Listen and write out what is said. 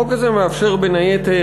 החוק הזה מאפשר, בין היתר,